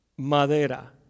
Madera